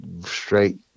straight